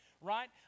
Right